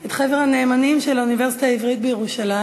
את חבר הנאמנים של האוניברסיטה העברית בירושלים.